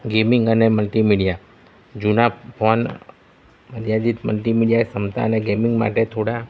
gaming અને multimedia જૂના phone અત્યાધિક મલ્ટી મીડિયા ક્ષમતા અને ગેમિંગ માટે થોડા